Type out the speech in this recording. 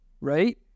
right